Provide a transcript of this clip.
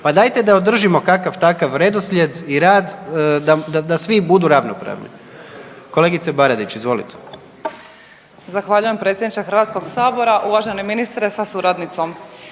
pa dajte da održimo kakav takav redoslijed i rad da svi budu ravnopravni. Kolegice BAradić, izvolite. **Baradić, Nikolina (HDZ)** Zahvaljujem predsjedniče HS-a. Uvaženi ministre sa suradnicom.